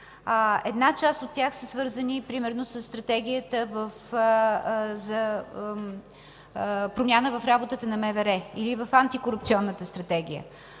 Една част от тях са свързани примерно със Стратегията за промяна в работата на МВР или в Антикорупционната стратегия.